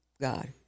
God